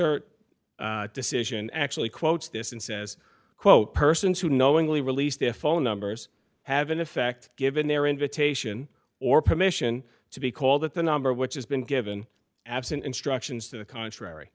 or decision actually quotes this and says quote persons who knowingly released their phone numbers have in effect given their invitation or permission to be called at the number which has been given absent instructions to the contrary